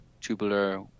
tubular